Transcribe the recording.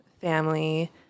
family